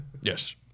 Yes